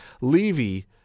Levy